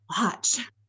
watch